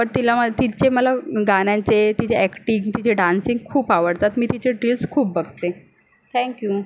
but तिला मा तिचे मला गाण्यांचे तिचे ॲक्टिंग तिचे डान्सिंग खूप आवडतात मी तिचे रिल्स खूप बघते थँक्यू